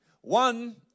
One